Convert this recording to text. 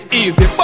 easy